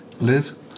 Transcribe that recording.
Liz